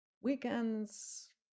weekends